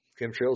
Chemtrails